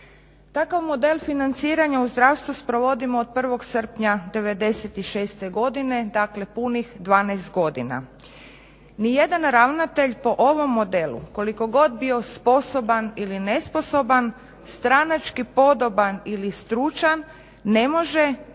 Takav model financiranja u zdravstvu sprovodimo od 1. srpnja '96. godine, dakle punih 12 godina. Nijedan ravnatelj po ovom modelu koliko god bio sposoban ili nesposoban, stranački podoban ili stručan ne može po